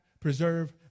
Preserve